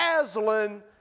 Aslan